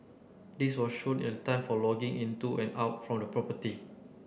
this was shown in the time for logging into and out from the property